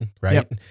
right